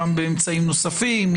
גם באמצעים נוספים.